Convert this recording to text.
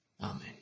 Amen